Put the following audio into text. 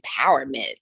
empowerment